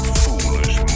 foolish